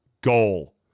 goal